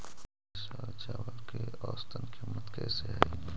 ई साल चावल के औसतन कीमत कैसे हई?